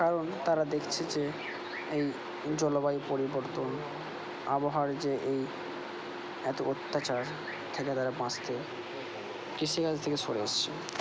কারণ তারা দেখছে যে এই জলবায়ু পরিবর্তন আবহাওয়ার যে এই এত অত্যাচার থেকে তারা বাঁচতে কৃষিকাজ থেকে সরে এসেছে